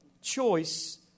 Choice